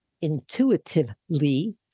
Intuitively